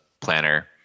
planner